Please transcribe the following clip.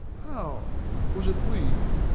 how! was it we?